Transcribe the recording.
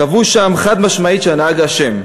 קבעו שם, חד-משמעית, שהנהג אשם.